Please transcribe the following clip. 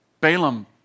Balaam